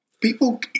People